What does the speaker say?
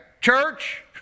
church